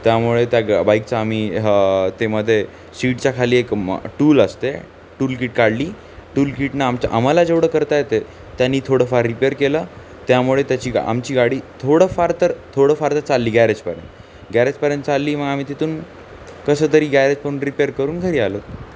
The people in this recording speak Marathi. त्यामुळे त्या गा बाईकचं आम्ही ते मध्ये सीटच्या खाली एक म टूल असते टूलकीट काढली टूलकीटनं आमच्या आम्हाला जेवढं करता येतंय त्यानी थोडंफार रिपेअर केलं त्यामुळे त्याची आमची गाडी थोडंफार तर थोडंफार तर चालली गॅरेजपर्यंत गॅरेजपर्यंत चालली मग आम्ही तिथून कसंं तरी गॅरेजकडून रिपेअर करून घरी आलो